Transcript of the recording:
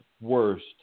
worst